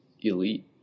elite